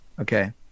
okay